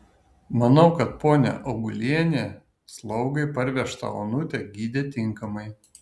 manau kad ponia augulienė slaugai parvežtą onutę gydė tinkamai